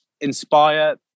inspire